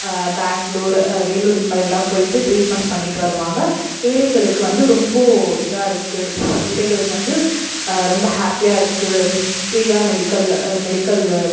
பெங்களூர் வேலூர் இந்த மாதிரி எல்லாம் போயிட்டு ட்ரீட்மென்ட் பண்ணிட்டு வருவாங்கள் ஏழைகளுக்கு வந்து ரொம்ப இதா இருக்குது ஏழைகளுக்கு வந்து ரொம்ப ஹாப்பியா இருக்கு ஃப்ரீயா மெடிக்கல் மெடிக்கல்லு